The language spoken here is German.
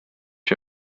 wie